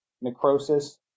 necrosis